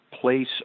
place